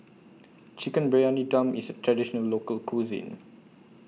Chicken Briyani Dum IS A Traditional Local Cuisine